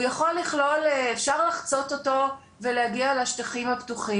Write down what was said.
אפשר לחצות אותו ולהגיע לשטחים הפתוחים.